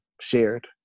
shared